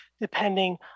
depending